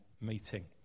meeting